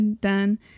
done